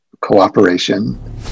cooperation